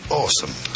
awesome